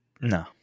No